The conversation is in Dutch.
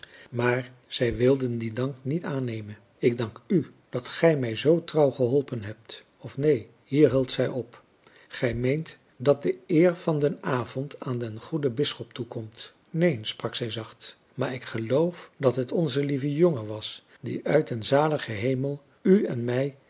maar zij wilde dien dank niet aannemen ik dank dat gij mij zoo trouw geholpen hebt of neen hier hield zij op gij meent dat de eer van den avond aan den goeden bisschop toekomt neen sprak zij zacht maar ik geloof dat het onze lieve jongen was die uit den zaligen hemel u en mij